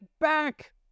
back